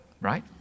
right